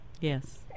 Yes